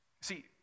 See